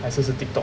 还是是 TikTok